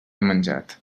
menjat